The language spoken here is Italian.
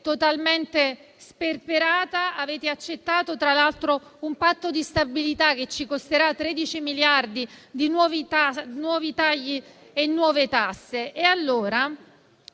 totalmente sperperata, accettando, tra l'altro, un Patto di stabilità che ci costerà 13 miliardi di nuovi tagli e nuove tasse.